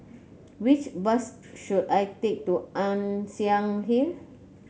which bus should I take to Ann Siang Hill